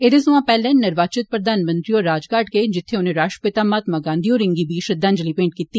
एदे सवा पैहले निर्वाचित प्रधानमंत्री होर राजघाट गे जित्थे उनें राष्ट्रपिता महात्मा गांधी होरें गी श्रद्धांजलि भेंट कीती